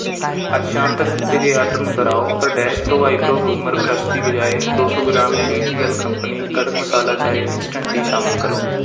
ਅੱਜ ਸ਼ਾਮ ਤੱਕ ਦਿੱਤੇ ਗਏ ਆਰਡਰ ਨੂੰ ਦੁਹਰਾਓ ਪਰ dash pro eyebrow groomer brush ਦੀ ਬਜਾਏ ਦੋ ਸੌ gram T G L company ਕਡਕ ਮਸਾਲਾ ਚਾਏ ਇੰਸਟੈਂਟ ਟੀ ਸ਼ਾਮਲ ਕਰੋ